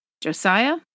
Josiah